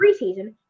preseason